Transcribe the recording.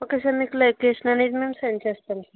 okay sir మీకు location అనేది నేను సెండ్ చేస్తాను సార్